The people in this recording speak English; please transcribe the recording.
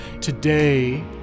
Today